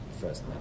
first